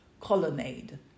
colonnade